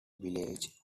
village